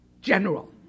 general